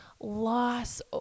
loss